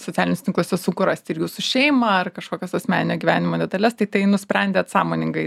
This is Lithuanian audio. socialiniuose tinkluose sunku rasti ir jūsų šeimą ar kažkokias asmeninio gyvenimo detales tai tai nusprendėt sąmoningai